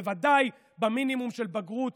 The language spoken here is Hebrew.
בוודאי מינימום של בגרות